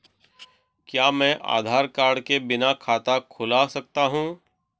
क्या मैं आधार कार्ड के बिना खाता खुला सकता हूं?